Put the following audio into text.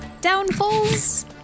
downfalls